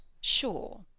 sure